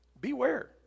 beware